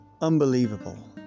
Unbelievable